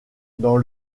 dans